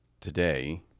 today